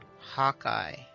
Hawkeye